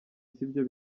sibyo